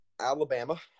Alabama